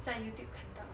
在 youtube 看到